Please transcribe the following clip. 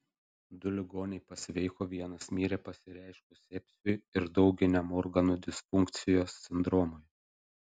du ligoniai pasveiko vienas mirė pasireiškus sepsiui ir dauginiam organų disfunkcijos sindromui